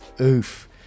Oof